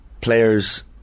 players